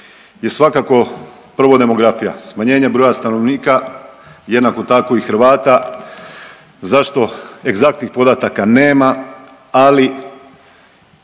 svakako prvo demografija. Smanjenje broja stanovnika, jednako tako i Hrvata za što egzaktnih podataka nema ali